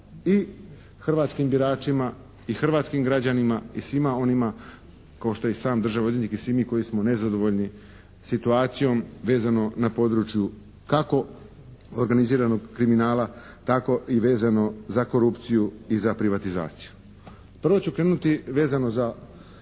i hrvatskim biračima i hrvatskim građanima i svima onima kao što je sam državni odvjetnik i svi mi koji smo nezadovoljni situacijom vezano na području kako organiziranog kriminala tako i vezano za korupciju i za privatizaciju. Prvo ću krenuti vezano oko